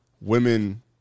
women